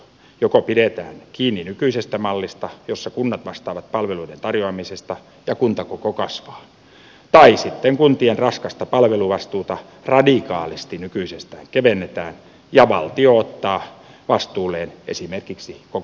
joko pidetään kiinni nykyisestä mallista jossa kunnat vastaavat palveluiden tarjoamisesta ja kuntakoko kasvaa tai sitten kuntien raskasta palveluvastuuta radikaalisti nykyisestään kevennetään ja valtio ottaa vastuulleen esimerkiksi koko terveydenhuollon